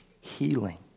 healing